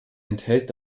enthält